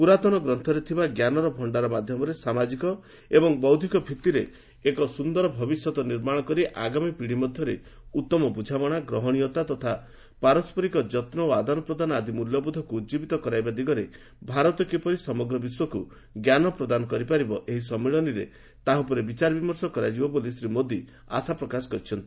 ପୁରାତନ ଗ୍ରନ୍ଥରେ ଥିବା ଜ୍ଞାନର ଭଷ୍ଠାର ମାଧ୍ୟମରେ ସାମାଜିକ ଏବଂ ବୌଦ୍ଧିକ ଭିଭିରେ ଏକ ସୁନ୍ଦର ଭବିଷ୍ୟତ ନିର୍ମାଣ କରି ଆଗାମୀ ପିଢ଼ି ମଧ୍ୟରେ ଉତ୍ତମ ବୃଝାମଣା ଗ୍ରହଣୀୟତା ତଥା ପାରସରିକ ଯତ୍ନ ଓ ଆଦାନ ପ୍ରଦାନ ଆଦି ମୂଲ୍ୟବୋଧକୁ ଉଜୀବିତ କରାଇବା ଦିଗରେ ଭାରତ କିପରି ସମଗ୍ର ବିଶ୍ୱକୁ ଜ୍ଞାନ ପ୍ରଦାନ କରିପାରିବ ଏହି ସମ୍ମିଳନୀରେ ତାହା ଉପରେ ବିଚାର ବିମର୍ଷ କରାଯିବ ବୋଲି ଶ୍ରୀ ମୋଦି ଆଶା ପ୍ରକାଶ କରିଛନ୍ତି